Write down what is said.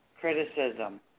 criticism